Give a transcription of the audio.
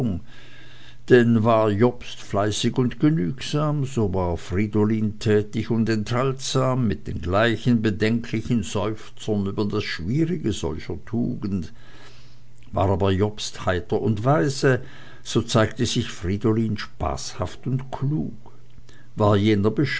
denn war jobst fleißig und genügsam so war fridolin tätig und enthaltsam mit den gleichen bedenklichen seufzern über das schwierige solcher tugend war aber jobst heiter und weise so zeigte sich fridolin spaßhaft und klug war jener